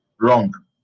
Wrong